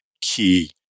key